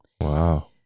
wow